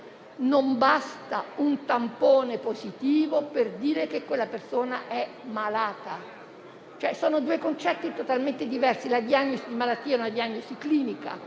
non basta un tampone positivo per dire che quella persona è malata. Si tratta di due concetti totalmente diversi: la diagnosi di malattia è clinica